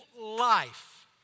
Life